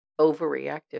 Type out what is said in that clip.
overreactive